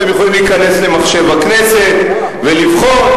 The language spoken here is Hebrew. אתם יכולים להיכנס למחשב הכנסת ולבחון.